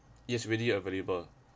it is readily available